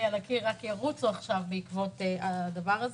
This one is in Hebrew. לי על הקיר יתקדמו עכשיו בעקבות הדבר הזה.